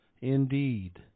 indeed